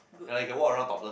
and I can walk around topless